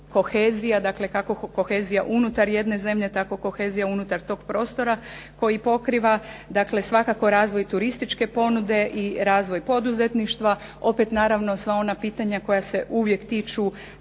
kohezija, dakle kohezija unutar jedne zemlje, tako kohezija unutar tog prostora koji pokriva dakle svakako razvoj turističke ponude i razvoj poduzetništva. Opet naravno sva ona pitanja koja se uvijek tiču,